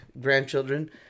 grandchildren